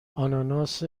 آناناس